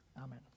amen